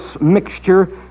mixture